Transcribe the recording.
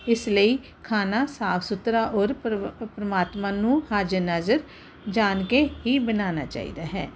ਇਸ ਲਈ ਖਾਣਾ ਸਾਫ਼ ਸੁਥਰਾ ਔਰ ਪਰਮ ਪਰਮਾਤਮਾ ਨੂੰ ਹਾਜ਼ਰ ਨਾਜ਼ਰ ਜਾਣ ਕੇ ਹੀ ਬਣਾਉਣਾ ਚਾਹੀਦਾ ਹੈ